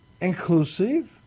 inclusive